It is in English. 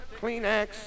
Kleenex